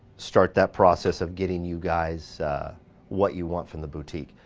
start that process of getting you guys what you want from the boutique.